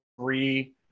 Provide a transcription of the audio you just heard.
three